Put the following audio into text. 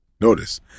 Notice